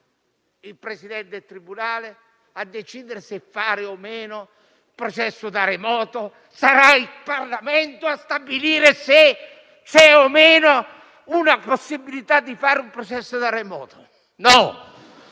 il Presidente del tribunale a decidere se fare o meno il processo da remoto, oppure che sarà il Parlamento a stabilire se ci sarà o meno la possibilità di fare il processo da remoto. No: